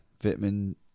vitamin